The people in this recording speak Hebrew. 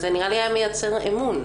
נראה לי שזה היה מייצר אמון.